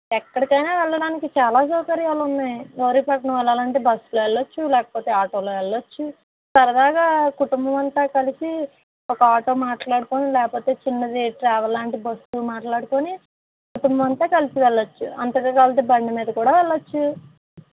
ఎక్కడికైనా వెళ్ళడానికి చాలా సౌకర్యాలు ఉన్నాయి గౌరీపట్నం వెళ్ళాలంటే బస్లో వెళ్ళచ్చు లేకపోతే ఆటోలో వెళ్ళచ్చు సరదాగా కుటుంబం అంతా కలిసి ఒక ఆటో మాట్లాడుకుని లేకపోతే చిన్నది ట్రావెల్ లాంటిది బస్సు మాట్లాడుకుని కుటుంబమంతా కలిసి వెళ్ళచ్చు అంతగా కావాలంటే బండి మీద కూడా వెళ్ళచ్చు